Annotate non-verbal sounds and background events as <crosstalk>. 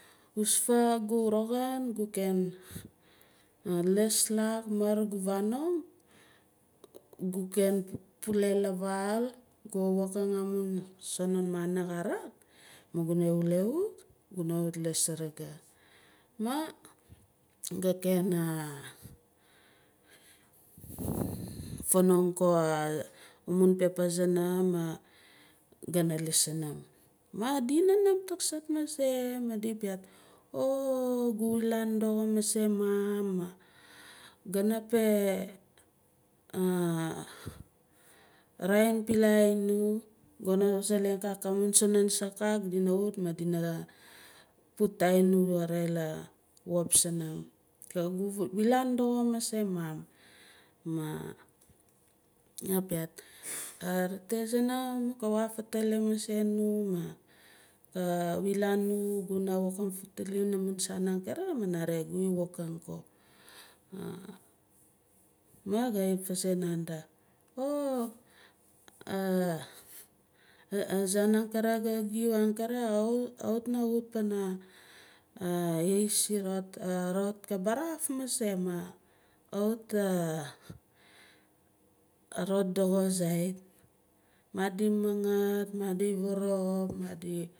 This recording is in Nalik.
Husaf gu roxin gu ken laas lak mur gu fanong gu ken pule la vaal guna wokang amun sanon moni karik manguna wule wut guna wut liis surugu. Maa gaken <hesitation> fanong go amun pepa sunum magana liis sunum. Ma di nanam tokzart mase madi piaat oh gu wilaan doxo mase mum mah gana peh raa- in pilai nu gana selang kak amun sanon kak dina wut madi put tain nu nare la pop sunum. Ga wilaan doxo mase mum ma ni ga piaat arete sunum ka wafetele mase nu ma ka wilaan nu guna wokang fatele amun saan angkare ma nare gu wokang ko. Ma ga vasae nanda oh a- asaan angkere ga giu angkare kawit na wut pana isi rot a rot ka bavaf mase ma kawit arot doxo zait madi mangaat madi varop madi.